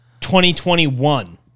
2021